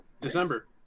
December